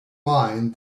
mind